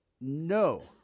No